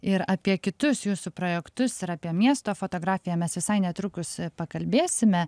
ir apie kitus jūsų projektus ir apie miesto fotografiją mes visai netrukus pakalbėsime